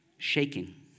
shaking